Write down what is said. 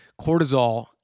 cortisol